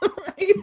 right